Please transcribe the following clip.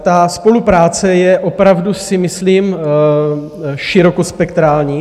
Ta spolupráce je, opravdu si myslím, širokospektrální.